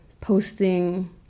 posting